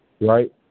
right